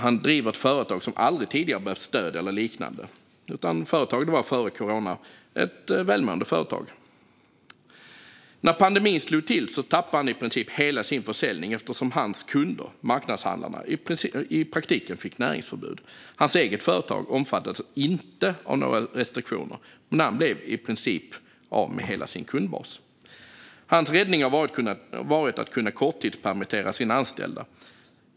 Han driver ett företag som aldrig tidigare har behövt stöd eller liknande, utan företaget var före corona ett välmående företag. När pandemin slog till tappade han i princip hela sin försäljning, eftersom hans kunder - marknadshandlarna - i praktiken fick näringsförbud. Hans eget företag omfattades inte av några restriktioner, men han blev i princip av med hela sin kundbas. Hans räddning har varit att kunna korttidspermittera sina anställda.